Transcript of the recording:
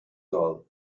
soll